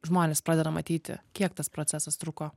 žmonės pradeda matyti kiek tas procesas truko